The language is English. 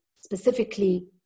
specifically